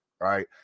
right